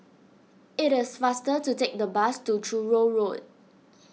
it is faster to take the bus to Truro Road